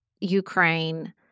Ukraine